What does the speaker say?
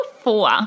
four